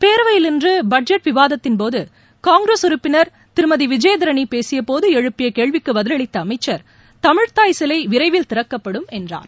பேரவையில் இன்று பட்ஜெட் விவாதத்தின் போது காங்கிரஸ் உறுப்பினர் திருமதி விஜயதரணி பேசிய போது எழுப்பிய கேள்விக்கு பதிலளித்த அமைச்சர் தமிழ் தாய் சிலை விரைவில் திறக்கப்படும் என்றார்